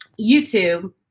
YouTube